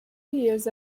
years